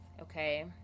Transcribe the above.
Okay